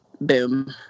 boom